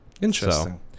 interesting